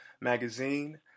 magazine